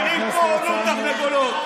מכרכרים פה כמו לול תרנגולות.